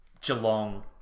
Geelong